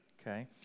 Okay